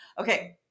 Okay